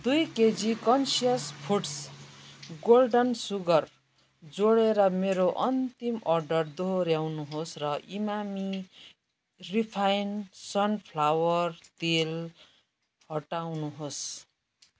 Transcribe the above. दई KG conscious foods golden sugar जोडेर मेरो अन्तिम अर्डर दोहोऱ्याउनुहोस् र इमामी रिफाइन सनफ्लावर तेल हटाउनुहोस्